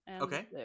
Okay